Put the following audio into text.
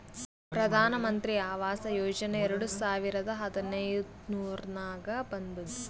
ಪ್ರಧಾನ್ ಮಂತ್ರಿ ಆವಾಸ್ ಯೋಜನಾ ಎರಡು ಸಾವಿರದ ಹದಿನೈದುರ್ನಾಗ್ ಬಂದುದ್